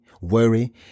worry